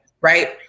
right